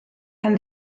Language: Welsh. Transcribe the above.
pan